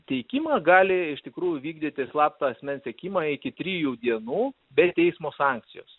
teikimą gali iš tikrųjų vykdyti slaptą asmens sekimą iki trijų dienų be teismo sankcijos